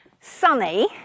sunny